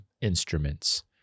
instruments